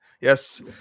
yes